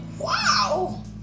wow